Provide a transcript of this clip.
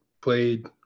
played